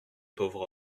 pauvre